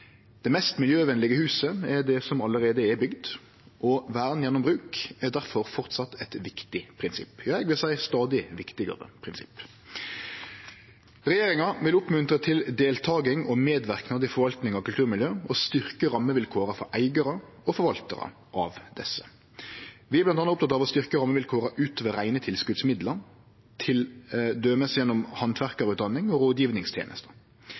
Det mest miljøvenlege huset er det som allereie er bygd, og vern gjennom bruk er difor framleis eit viktig prinsipp – ja, eg vil seie eit stadig viktigare prinsipp. Regjeringa vil oppmuntre til deltaking og medverknad i forvaltinga av kulturmiljø og styrkje rammevilkåra for eigarar og forvaltarar av desse. Vi er bl.a. opptekne av å styrkje rammevilkåra utover reine tilskotsmidlar t.d. gjennom handverkarutdanning og